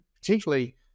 particularly